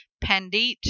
Pandit